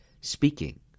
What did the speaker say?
Speaking